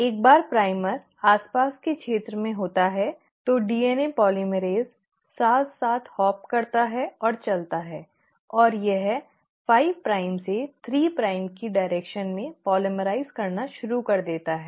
एक बार प्राइमर आसपास के क्षेत्र में होता है तो डीएनए पोलीमरेज़ साथ साथ हॉप करता है और चलता है और यह 5 प्राइम से 3 प्राइम की दिशा में पॉलीमेरीस करना शुरू कर देता है